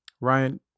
Ryan